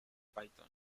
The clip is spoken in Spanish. python